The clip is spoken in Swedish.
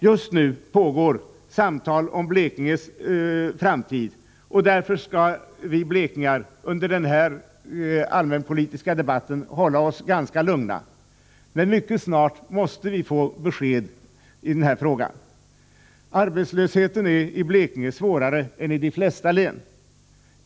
Just nu pågår samtal om Blekinges framtid, och därför skall vi blekingar under den här allmänpolitiska debatten hålla oss ganska lugna, men mycket snart måste vi få besked i den här frågan. Arbetslösheten är i Blekinge svårare än i de flesta län.